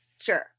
sure